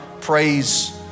praise